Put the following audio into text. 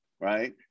right